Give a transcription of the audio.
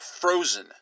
frozen